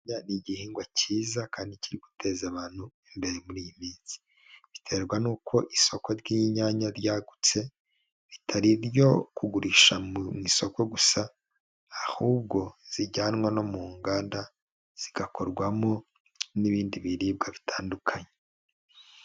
Inyanya ni igihingwa cyiza kandi kiri guteza abantu imbere muri iyi minsi, biterwa n'uko isoko ry'inyanya ryagutse ritari iryo kugurisha mu isoko gusa ahubwo zijyanwa no mu nganda, zigakorwamo n'ibindi biribwa bitandukanye.